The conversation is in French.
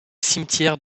cimetière